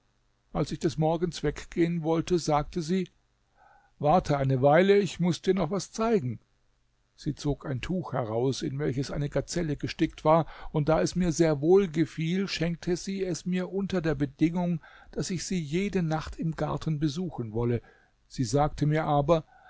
als ich des morgens weggehen wollte sagte sie warte eine weile ich muß dir noch etwas zeigen sie zog ein tuch heraus in welches eine gazelle gestickt war und da es mir sehr wohlgefiel schenkte sie mir es unter der bedingung daß ich sie jede nacht im garten besuchen wolle sie sagte mir aber